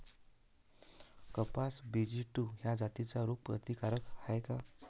कपास BG two ह्या जाती रोग प्रतिकारक हाये का?